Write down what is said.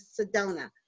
Sedona